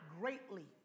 greatly